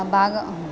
ಭಾಗ